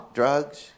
drugs